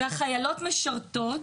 והחיילות משרתות,